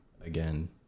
again